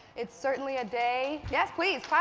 it's certainly a day yes, please